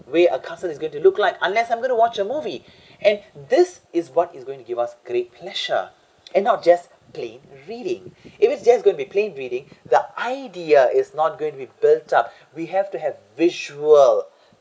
way a castle is going to look like unless I'm going to watch a movie and this is what is going to give us great pleasure and not just plain reading if it's just going to be plain reading the idea is not going with built up we have to have visual